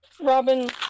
Robin